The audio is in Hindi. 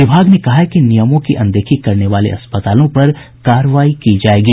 विभाग ने कहा है कि नियमों की अनदेखी करने वाले अस्पतालों पर कार्रवाई की जायेगी